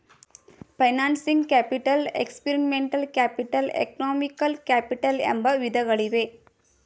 financing capital, experimental capital, economical capital ಎಂಬ ವಿಧಗಳಿವೆ